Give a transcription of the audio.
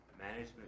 management